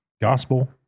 Gospel